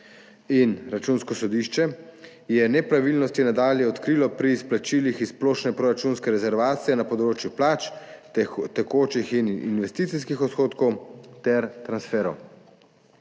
Računsko sodišče je nepravilnosti nadalje odkrilo pri izplačilih iz splošne proračunske rezervacije na področju plač, tekočih in investicijskih odhodkov ter transferjev.